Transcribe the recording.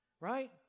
right